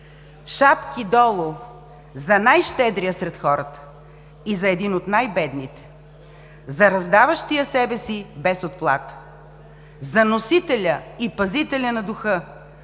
Шапки долу за най-щедрия сред хората и за един от най-бедните, за раздаващия себе си без отплата, за носителя и пазителя на духа,